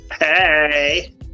Hey